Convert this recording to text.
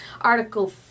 Article